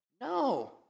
No